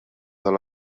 tal